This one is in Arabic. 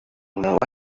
هنا